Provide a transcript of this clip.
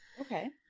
Okay